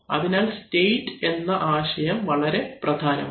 അതിനാൽ സ്റ്റേറ്റ് എന്ന ആശയം വളരെ പ്രധാനമാണ്